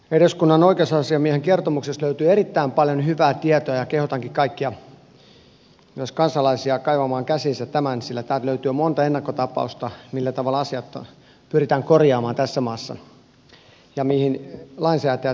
eduskunnan oikeusasiamiehen kertomuksesta löytyy erittäin paljon hyvää tietoa ja kehotankin kaikkia myös kansalaisia kaivamaan käsiinsä tämän sillä täältä löytyy monta ennakkotapausta millä tavalla asiat pyritään korjaamaan tässä maassa ja mihin lainsäätäjät kiinnittävät huomiota